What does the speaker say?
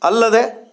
ಅಲ್ಲದೇ